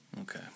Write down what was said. Okay